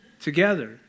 together